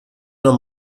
nur